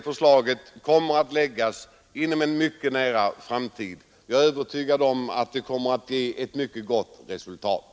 Förslaget kommer att presenteras inom en mycket nära framtid, och jag är övertygad om att det kommer att ge ett mycket bättre resultat.